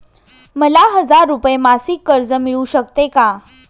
मला हजार रुपये मासिक कर्ज मिळू शकते का?